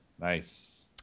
Nice